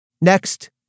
Next